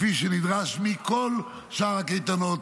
כפי שנדרש מכל שאר הקייטנות,